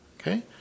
okay